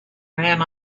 ran